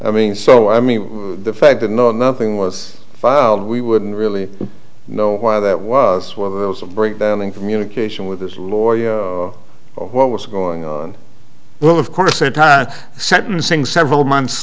i mean so i mean the fact that no nothing was filed we wouldn't really know why that was whether it was a breakdown in communication with his lawyer or what was going on we'll of course a time sentencing several months